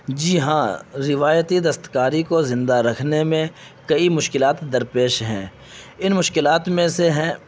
جی ہاں روایتی دستکاری کو زندہ رکھنے میں کئی مشکلات درپیش ہیں ان مشکلات میں سے ہیں